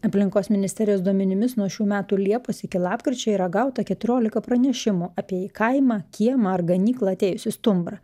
aplinkos ministerijos duomenimis nuo šių metų liepos iki lapkričio yra gauta keturiolika pranešimų apie į kaimą kiemą ar ganyklą atėjusį stumbrą